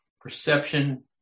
perception